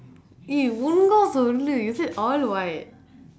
you ஒழுங்கா சொல்லு:ozhungaa sollu you said all white